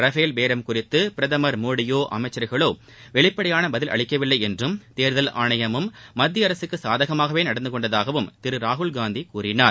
Rafale பேரம் குறித்து பிரதமர் மோடியோ அமைச்சர்களோ வெளிப்படையான பதில் அளிக்கவில்லை என்றும் தேர்தல் ஆணையமும் மத்திய அரசுக்கு சாதகமாகவே நடந்து கொண்டதாகவும் திரு ராகுல்காந்திகூறினார்